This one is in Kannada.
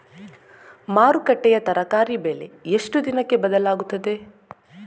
ಮಾರುಕಟ್ಟೆಯ ತರಕಾರಿ ಬೆಲೆ ಎಷ್ಟು ದಿನಕ್ಕೆ ಬದಲಾಗುತ್ತದೆ?